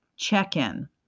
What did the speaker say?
Check-in